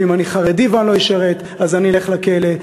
ואם אני חרדי ואני לא אשרת אני אלך לכלא,